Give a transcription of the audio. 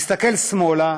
מסתכל שמאלה,